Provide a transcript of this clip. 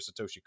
Satoshi